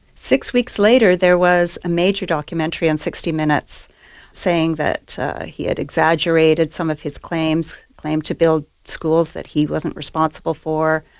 six weeks later there was a major documentary on sixty minutes saying that he had exaggerated some of his claims, claimed to build schools that he wasn't responsible for,